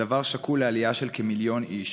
הדבר שקול לעלייה של כמיליון איש,